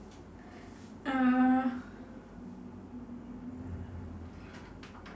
uh